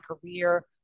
career